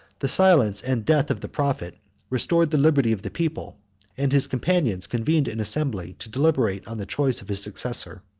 the silence and death of the prophet restored the liberty of the people and his companions convened an assembly to deliberate on the choice of his successor.